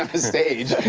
um the stage.